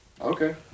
Okay